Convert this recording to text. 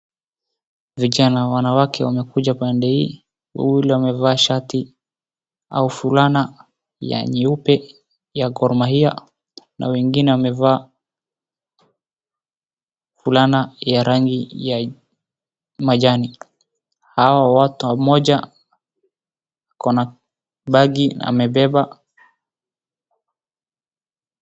Vijana wanawake wamekuja pande hii, ule amevaa shati au fulana ya nyeupe ya Gor Mahia na wengine wamevaa fulani ya rangi ya majani, hao watu mmoja wako na bagi amebeba.